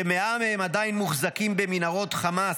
ש-100 מהם עדיין מוחזקים במנהרות חמאס.